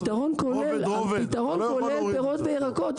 צריך רובד, רובד --- הפתרון כולל פירות וירקות.